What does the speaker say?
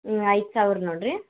ಹ್ಞೂ ಐದು ಸಾವಿರ ನೋಡ್ರಿ